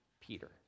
Peter